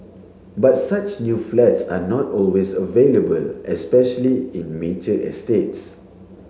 but such new flats are not always available especially in mature estates